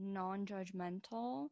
non-judgmental